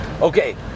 Okay